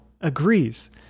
agrees